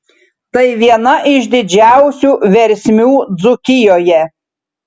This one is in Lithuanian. tai viena iš didžiausių versmių dzūkijoje